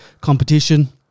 competition